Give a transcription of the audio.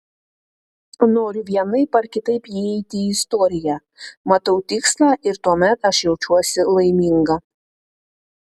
noriu vienaip ar kitaip įeiti į istoriją matau tikslą ir tuomet aš jaučiuosi laiminga